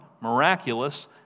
miraculous